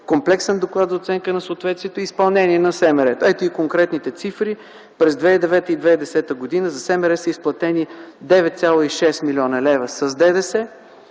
комплексен доклад за оценка на съответствието и изпълнение на СМР-то. Ето и конкретните цифри: през 2009 г. и 2010 г. за СМР са изплатени 9,6 млн. лв. с ДДС,